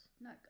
No